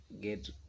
get